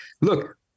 Look